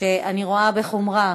שאני רואה בחומרה